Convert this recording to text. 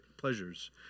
pleasures